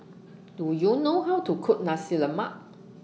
Do YOU know How to Cook Nasi Lemak